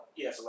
yes